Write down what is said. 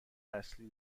اصلی